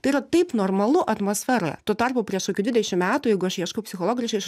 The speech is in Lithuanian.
tai yra taip normalu atmosferoje tuo tarpu prieš kokį dvidešim metų jeigu aš ieškau psichologo reiškia aš